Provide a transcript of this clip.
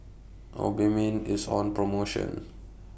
Obimin IS on promotion